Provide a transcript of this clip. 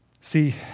See